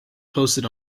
posted